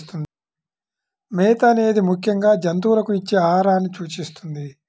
మేత అనేది ముఖ్యంగా జంతువులకు ఇచ్చే ఆహారాన్ని సూచిస్తుంది